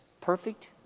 perfect